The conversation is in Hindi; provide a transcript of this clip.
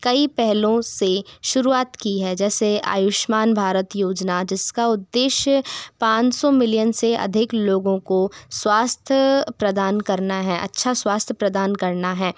कई पहलुओं से शुरुआत की है जैसे आयुष्मान भारत योजना जिसका उद्देश्य पाँच सौ मिलियन से अधिक लोगों को स्वास्थ्य प्रदान करना हैं अच्छा स्वास्थ्य प्रदान करना हैं